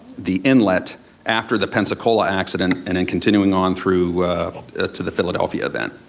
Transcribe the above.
the inlet after the pensacola accident, and then continuing on through to the philadelphia event.